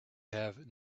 have